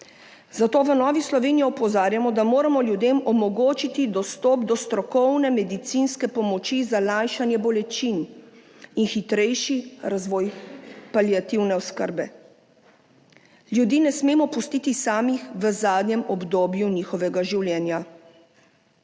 Zato v Novi Sloveniji opozarjamo da moramo ljudem omogočiti dostop do strokovne medicinske pomoči za lajšanje bolečin in hitrejši razvoj paliativne oskrbe. Ljudi ne smemo pustiti samih v zadnjem obdobju njihovega življenja.